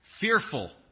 fearful